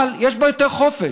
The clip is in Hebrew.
אבל יש בה יותר חופש.